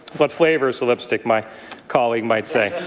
what flavor is the lipstick my colleague might say.